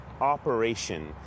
operation